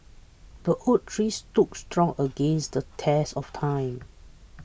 the oak tree stood strong against the test of time